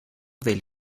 del